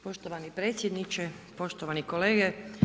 Poštovani predsjedniče, poštovani kolege.